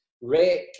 Rick